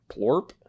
plorp